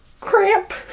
Cramp